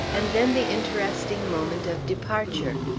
and then the interesting moment of departure.